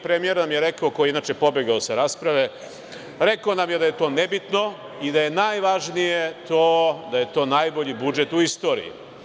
Premijer nam je rekao, koji je inače pobegao sa rasprave, da je to nebitno i da je najvažnije da je to najbolji budžet u istoriji.